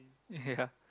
ya